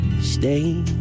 stay